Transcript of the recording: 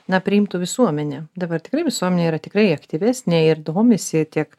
na priimtų visuomenė dabar tikrai visuomenė yra tikrai aktyvesnė ir domisi tiek